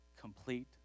complete